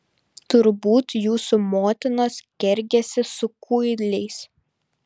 turbūt jūsų motinos kergėsi su kuiliais